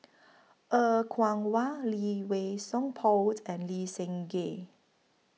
Er Kwong Wah Lee Wei Song Paul and Lee Seng Gee